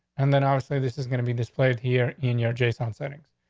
and then i would say this is gonna be displayed here in your jason settings.